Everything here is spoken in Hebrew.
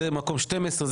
זה מקום 12,